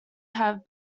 have